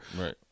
Right